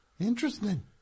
Interesting